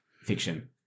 fiction